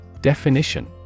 Definition